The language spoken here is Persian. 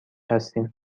هستیم